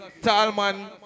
Talman